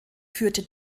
führte